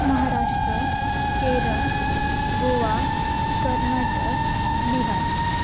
Maharashtra Kerala Goa Karnataka Bihar